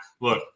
Look